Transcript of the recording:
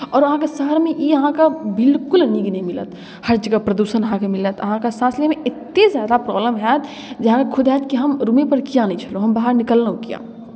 आओर अहाँके शहरमे ई अहाँके बिल्कुल नीक नहि मिलत हर जगह प्रदूषण अहाँके मिलत अहाँके साँस लैमे एतेक ज्यादा प्रॉब्लम हैत जे अहाँके खुद हैत कि हम रूमेपर किएक नहि छलहुँ हम बाहर निकललहुँ किए